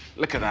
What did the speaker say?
look at that.